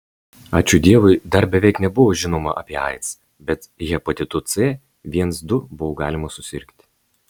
ačiū dievui dar beveik nebuvo žinoma apie aids bet hepatitu c viens du buvo galima susirgti